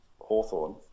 Hawthorne